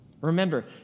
Remember